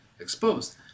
exposed